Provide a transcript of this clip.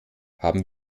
haben